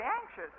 anxious